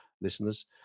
listeners